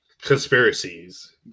conspiracies